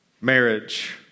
marriage